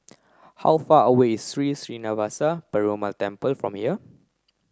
how far away is Sri Srinivasa Perumal Temple from here